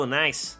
nice